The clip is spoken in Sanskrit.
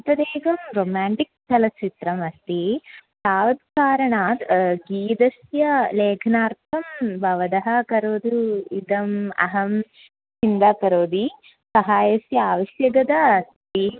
तदेकं रोमाण्टिक् चलच्चित्रमस्ति तावत् कारणात् गीतस्य लेखनार्थं भवतः करोतु इदम् अहं चिन्ता करोति सहायस्य आवश्यकता अस्ति